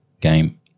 game